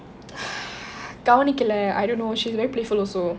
கவனிக்கல:kavanikkale I don't know she's very playful also